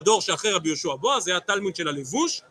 הדור שאחרי רבי יהושע בו זה התלמוד של הלבוש.